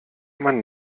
man